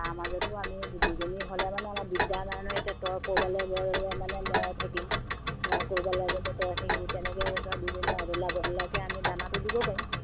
তাৰ মাজতো আমি দুইজনী হ'লে মানে আমাৰ দিগদাৰ নাই নহয় এতিয়া তই ক'ৰবালে গলে মানে মই থাকিম মই ক'ৰবালে গ'লে তই থাকিবি তেনেকে ধৰ দুইজনী অদলা বদলাকে আমি দানাটো দিব পাৰিম